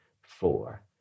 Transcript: four